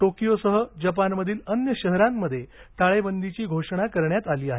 टोकियोसह जपानमधील अन्य शहरांमध्ये टाळेबंदीची घोषणा करण्यात आली आहे